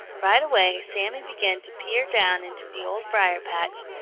right away sammy began to peer down into the old briar-patch,